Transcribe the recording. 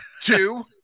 Two